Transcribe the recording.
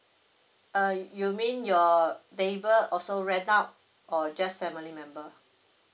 err you mean your neighbour also rent out or just family member